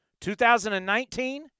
2019